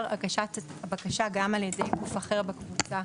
הגשת הבקשה גם על ידי גוף אחר בקבוצה.